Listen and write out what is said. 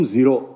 Zero